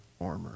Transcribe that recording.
armor